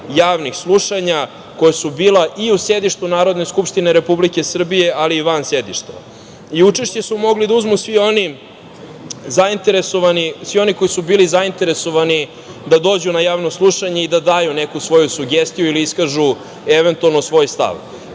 javnih slušanja koja su bila i u sedištu Narodne skupštine Republike Srbije, ali i van sedišta i učešće su mogli da uzmu svi oni koji su bili zainteresovani da dođu na javno slušanje i da daju neku svoju sugestiju ili eventualno iskažu